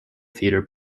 feeder